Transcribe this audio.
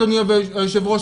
אדוני היושב ראש,